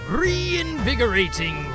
reinvigorating